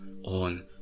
on